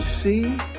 see